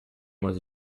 was